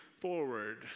forward